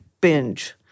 binge